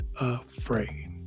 afraid